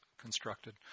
constructed